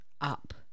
up